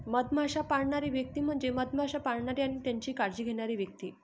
मधमाश्या पाळणारी व्यक्ती म्हणजे मधमाश्या पाळणारी आणि त्यांची काळजी घेणारी व्यक्ती